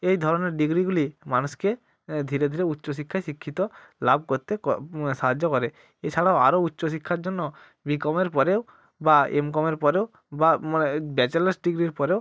এই ধরনের ডিগ্রিগুলি মানুষকে ধীরে ধীরে উচ্চশিক্ষায় শিক্ষিত লাভ কোত্তে ক সাহায্য করে এছাড়াও আরও উচ্চশিক্ষার জন্য বিকমের পরেও বা এমকমের পরেও বা মানে ব্যাচেলার্স ডিগ্রির পরেও